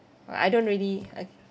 orh I don't really uh